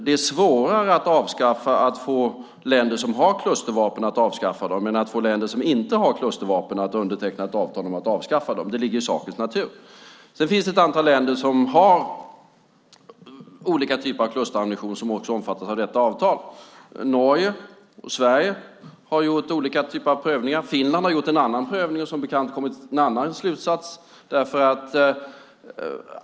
Det är svårare att få länder som har klustervapen att avskaffa dem än att få länder som inte har klustervapen att underteckna ett avtal om att avskaffa dem. Det ligger i sakens natur. Det finns ett antal länder som har olika klusterammunition och som också omfattas av detta avtal. Norge och Sverige har gjort olika typer av prövningar. Finland har gjort en annan prövning och som bekant kommit till en annan slutsats.